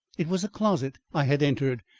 it was a closet i had entered,